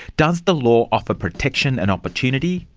does the law offer protection and opportunity?